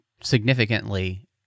significantly